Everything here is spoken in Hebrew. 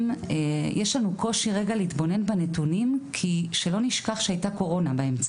יש לנו קושי להתבונן בנתונים ושלא נשכח שהייתה קורונה.